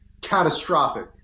catastrophic